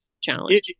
Challenge